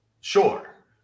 Sure